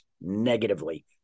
negatively